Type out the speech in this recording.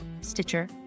Stitcher